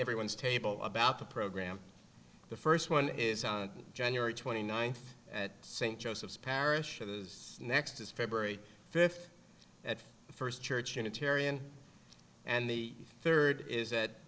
everyone's table about the program the first one is on january twenty ninth at st joseph's parish next is february fifth at the first church unitarian and the third is that